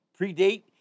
predate